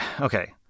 okay